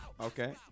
Okay